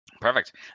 perfect